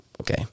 okay